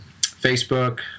Facebook